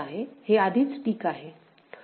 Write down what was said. हे आधीच टिक आहे